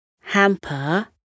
Hamper